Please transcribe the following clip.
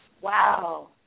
Wow